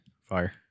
Fire